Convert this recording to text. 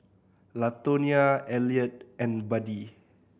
Latonia Eliot and Buddie